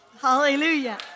Hallelujah